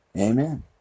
Amen